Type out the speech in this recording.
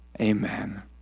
Amen